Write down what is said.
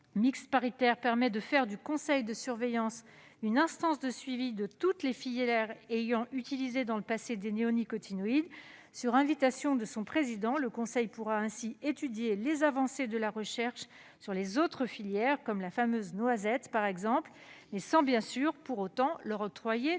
mixte paritaire permet de faire du conseil de surveillance une instance de suivi de toutes les filières ayant utilisé dans le passé des néonicotinoïdes. Sur invitation de son président, cette instance pourra ainsi étudier les avancées de la recherche sur les autres filières, comme la filière de la noisette, sans pour autant leur octroyer